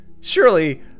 Surely